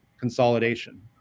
consolidation